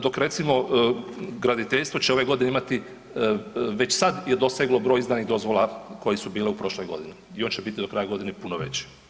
Dok recimo graditeljstvo će ove godine imati, već sad je doseglo broj izdanih dozvola koje su bile u prošloj godini, još će biti do kraja godine puno veći.